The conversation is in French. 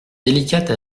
délicate